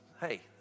hey